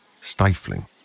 stifling